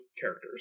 characters